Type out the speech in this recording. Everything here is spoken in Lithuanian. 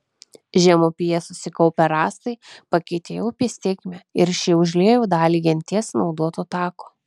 žemupyje susikaupę rąstai pakeitė upės tėkmę ir ši užliejo dalį genties naudoto tako